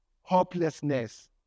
hopelessness